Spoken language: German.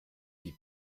die